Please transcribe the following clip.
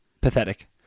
pathetic